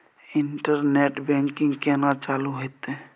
Internet banking केना चालू हेते?